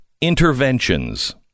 interventions